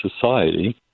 society